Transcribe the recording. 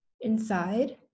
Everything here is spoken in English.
inside